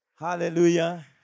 Hallelujah